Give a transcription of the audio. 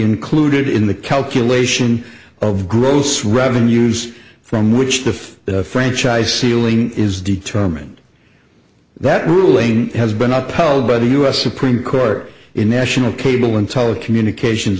included in the calculation of gross revenues from which the franchise ceiling is determined that ruling has been upheld by the us supreme court in national cable and telecommunications